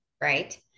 Right